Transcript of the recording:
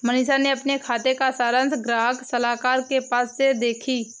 मनीषा अपने खाते का सारांश ग्राहक सलाहकार के पास से देखी